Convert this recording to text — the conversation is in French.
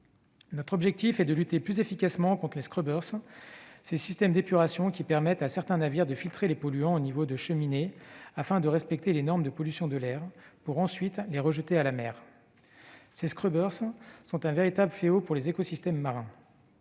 Notre objectif est de lutter plus efficacement contre les, ces systèmes d'épuration qui permettent à certains navires de filtrer les polluants au niveau des cheminées afin de respecter les normes de pollution de l'air, pour ensuite les rejeter à la mer. Ces sont un véritable fléau pour les écosystèmes marins.